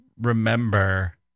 remember